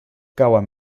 cauen